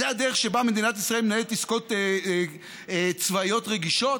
זו הדרך שבה מדינת ישראל מנהלת עסקאות צבאיות רגישות?